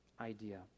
idea